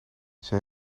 zij